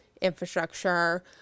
infrastructure